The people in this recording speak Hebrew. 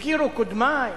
הזכירו קודמי